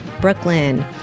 Brooklyn